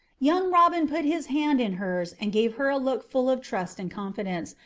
young robin put his hand in hers and gave her a look full of trust and confidence,